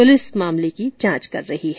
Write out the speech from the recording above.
police मामले की जांच कर रही है